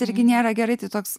irgi nėra gerai toks